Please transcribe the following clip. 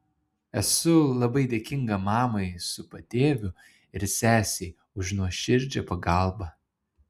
esu labai dėkinga mamai su patėviu ir sesei už nuoširdžią pagalbą